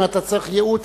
אם אתה צריך ייעוץ,